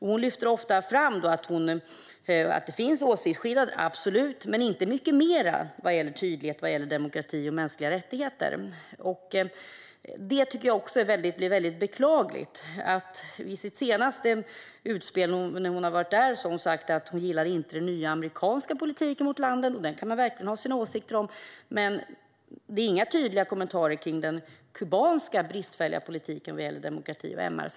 Hon lyfter ofta fram att det finns åsiktsskillnader. Absolut, men hon kommer inte med mycket mer än så när det gäller tydlighet om demokrati och mänskliga rättigheter. Det är beklagligt att hon i sitt senaste utspel när hon varit där har sagt att hon inte gillar den nya amerikanska politiken mot landet - den kan man verkligen ha sina åsikter om - men inte haft några kommentarer om den bristfälliga kubanska politiken när det gäller demokrati och MR.